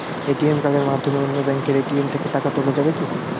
ATM কার্ডের মাধ্যমে অন্য ব্যাঙ্কের এ.টি.এম থেকে টাকা তোলা যাবে কি?